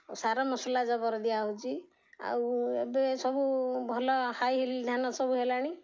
ଆଉ ସାର ମସଲା ଜବର ଦିଆହେଉଛି ଆଉ ଏବେ ସବୁ ଭଲ ହାଇ ହିଲ୍ ଧାନ ସବୁ ହେଲାଣି